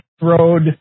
road